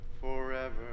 forever